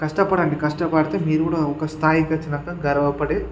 కష్టపడండి కష్టపడితే మీరు కూడా ఒక స్థాయికి వచ్చినాక గర్వపడే